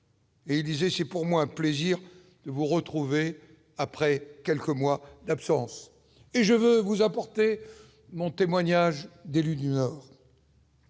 Et il disait : c'est pour moi un plaisir de vous retrouver après quelques mois d'absence, et je veux vous apporter mon témoignage d'élus du Nord.